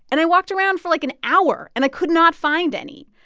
and i walked around for, like, an hour, and i could not find any.